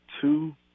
two –